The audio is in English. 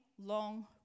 long